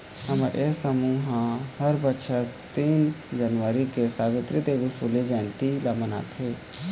हमर ये समूह ह हर बछर तीन जनवरी के सवित्री देवी फूले जंयती ल मनाथे